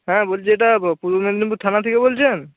হ্যাঁ বলছি এটা পূর্ব মেদিনীপুর থানা থেকে বলছেন